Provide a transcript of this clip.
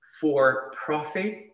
for-profit